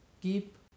keep